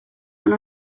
one